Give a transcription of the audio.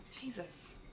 Jesus